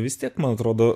vis tiek man atrodo